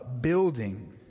building